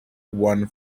one